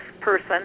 person